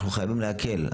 אנחנו חייבים להקל.